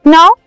Now